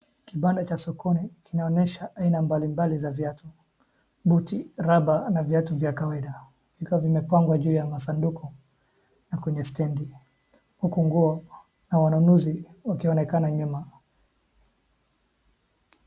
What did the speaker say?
Kibanda cha sokoni kinaonyesha aina mbalimbali za viatu: buti, rubber na viatu vya kawaida vikiwa vimepangwa juu ya masanduku na kwenye stendi. Huku nguo na wananunuzi wakionekana nyuma.